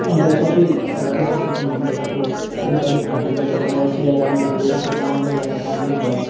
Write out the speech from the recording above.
अन्त सबै लाग्दैछ सेकेन्ड हेन्ड टाइपस्को अलिक अलिक फाटी गएको छ सिलाइ राम्ररी पुगेको छैन मैला त मैलै छ